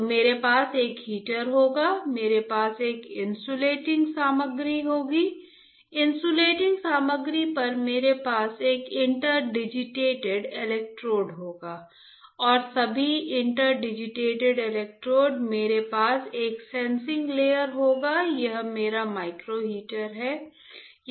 तो मेरे पास एक हीटर होगामेरे पास एक इंसुलेटिंग सामग्री होगी इंसुलेटिंग सामग्री पर मेरे पास एक इंटर डिजिटेटेड इलेक्ट्रोड होंगे और सभी इंटर डिजिटल इलेक्ट्रोड मेरे पास एक सेंसिंग लेयर होगा यह मेरा माइक्रो हीटर है